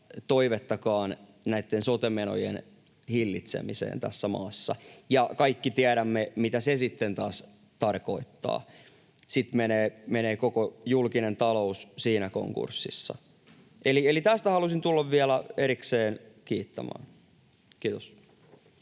toivettakaan näitten sote-menojen hillitsemisestä tässä maassa. Ja kaikki tiedämme, mitä se sitten taas tarkoittaa. Sitten menee koko julkinen talous siinä konkurssissa. Eli tästä halusin tulla vielä erikseen kiittämään. — Kiitos.